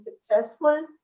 successful